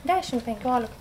dešim penkiolika